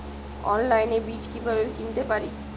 অনলাইনে বীজ কীভাবে কিনতে পারি?